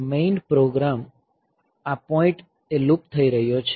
main program આ point એ loop થઈ રહ્યો છે